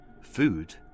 food